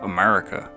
America